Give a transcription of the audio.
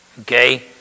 Okay